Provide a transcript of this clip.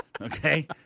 Okay